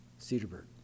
Cedarburg